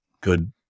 good